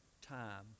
time